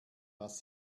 was